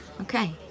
Okay